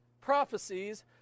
prophecies